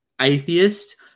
atheist